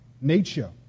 nature